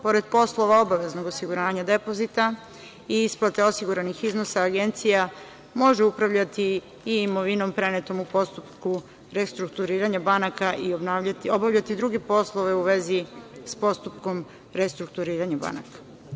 Pored poslova obaveznog osiguranja depozita i isplate osiguranih iznosa, Agencija može upravljati i imovinom prenetom u postupku restrukturiranja banaka i obavljati druge poslove u vezi sa postupkom restrukturiranja banaka.